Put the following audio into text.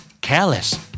Careless